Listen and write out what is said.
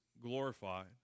glorified